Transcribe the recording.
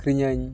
ᱟᱹᱠᱷᱨᱤᱧᱟᱹᱧ